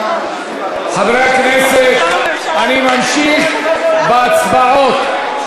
חברי הכנסת, אני ממשיך בהצבעות.